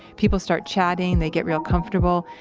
people start chatting, they get real comfortable,